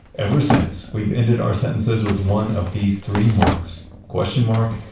ever since, we've ended our sentences with one of these three marks question mark,